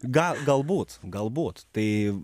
gal galbūt galbūt tai